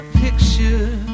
picture